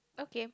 okay